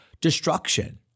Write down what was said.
destruction